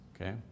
Okay